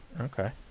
Okay